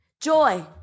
joy